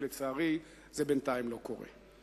ולצערי זה בינתיים לא קורה.